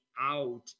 out